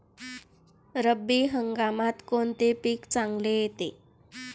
रब्बी हंगामात कोणते पीक चांगले येते?